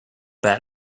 bat